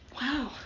Wow